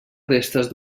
restes